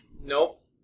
Nope